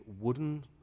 wooden